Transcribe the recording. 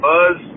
Buzz